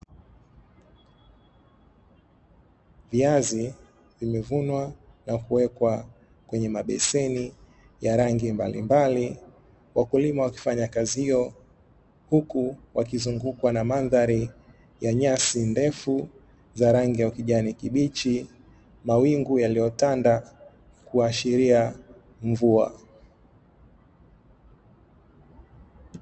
Viazi vimevunwa na kuwekwa kwenye mabeseni ya rangi mbalimbali, wakulima wakifanya kazi hiyo huku wakizungukwa na mandhari ya nyasi ndefu za rangi ya kijani kibichi, mawingu yaliyotanda kuashiria mvua.